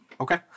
Okay